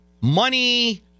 money